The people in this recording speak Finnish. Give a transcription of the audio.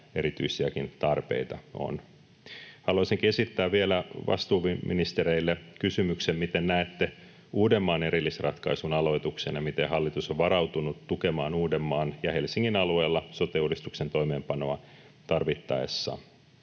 erityisiäkin tarpeita on. Haluaisinkin esittää vielä vastuuministereille kysymyksen: miten näette Uudenmaan erillisratkaisun aloituksen ja miten hallitus on varautunut tukemaan Uudenmaan ja Helsingin alueella sote-uudistuksen toimeenpanoa tarvittaessa?